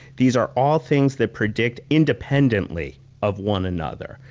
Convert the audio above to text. these are all things that predict, independently of one another.